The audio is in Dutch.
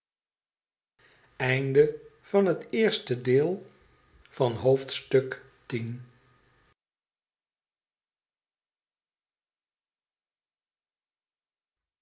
hoofdstuk van het eerste deel van het